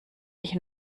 ich